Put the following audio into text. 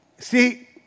See